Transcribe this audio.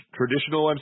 traditional